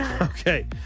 Okay